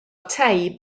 tei